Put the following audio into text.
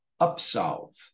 Upsolve